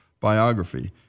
biography